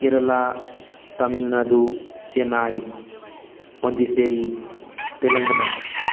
Kerala Tamil Nadu Chennai Pondicherry Telangana